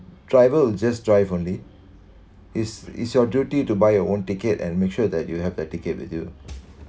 driver will just drive only is is your duty to buy your own ticket and make sure that you have the ticket with you